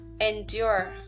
endure